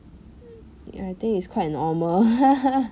ya I think it's quite normal